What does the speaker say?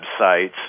websites